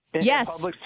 yes